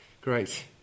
great